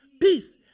peace